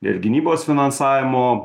ir gynybos finansavimo